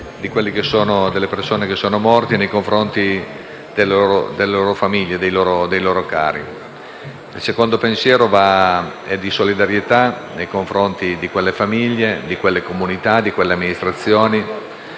delle persone che hanno perso la vita, delle loro famiglie e dei loro cari. Il secondo pensiero è di solidarietà nei confronti delle famiglie, delle comunità e delle amministrazioni